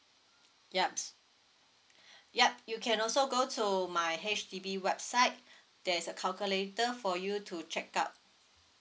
yup s~ yup you can also go to my H_D_B website there is a calculator for you to check out